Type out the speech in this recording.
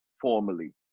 formally